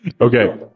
Okay